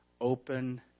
open